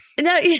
No